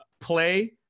play